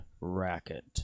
Racket